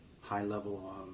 high-level